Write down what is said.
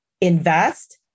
invest